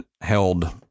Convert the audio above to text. held